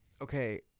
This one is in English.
Okay